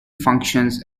functions